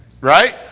Right